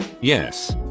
yes